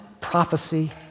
prophecy